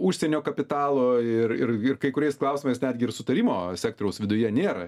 užsienio kapitalo ir ir ir kai kuriais klausimais netgi ir sutarimo sektoriaus viduje nėra